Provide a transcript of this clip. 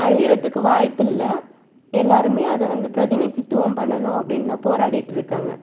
அழியிறதுக்கு வாய்ப்பில்லை எல்லாருமே அதை வந்து பிரதிநிதித்துவம் பண்ணணும் அப்படின்னு தான் போராடிட்டுருக்காங்க